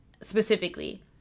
specifically